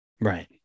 Right